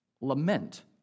lament